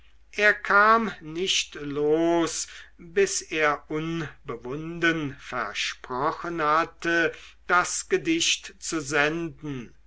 er kam nicht los bis er unbewunden versprochen hatte das gedicht zu senden